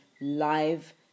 live